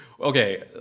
okay